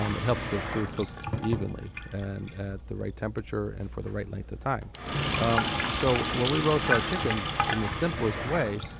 um it helps the food cook evenly, and at the right temperature and for the right length of time um so when we roast our chickens in the simplest way,